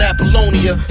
Apollonia